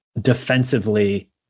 defensively